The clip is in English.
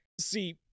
See